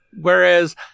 whereas